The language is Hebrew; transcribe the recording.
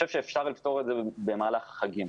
אפשר לפתור את זה במהלך החגים.